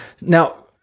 Now